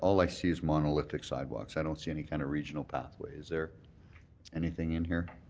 all i see ismonlithic sidewalks. i don't see any kind of regional pathway. is there anything in here?